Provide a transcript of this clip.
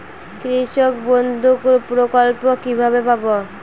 কৃষকবন্ধু প্রকল্প কিভাবে পাব?